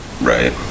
right